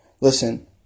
Listen